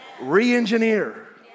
re-engineer